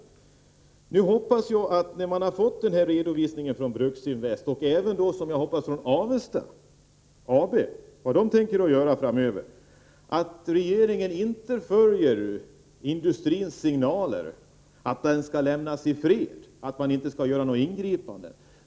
Jag förutsätter att regeringen när den fått redovisningen från Bruksinvest — och jag hoppas även från Avesta AB av vad det bolaget tänker göra framöver —-inte följer industrins signaler att den skall lämnas i fred, att regeringen inte skall göra några ingripanden.